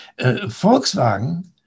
Volkswagen